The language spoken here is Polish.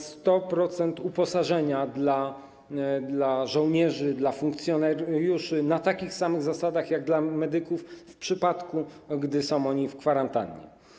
100% uposażenia dla żołnierzy, dla funkcjonariuszy na takich samych zasadach jak dla medyków, w przypadku gdy są oni w kwarantannie.